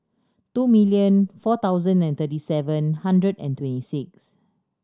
two million four thousand and thirty seven hundred and twenty six